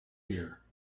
here